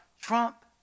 Trump